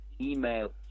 email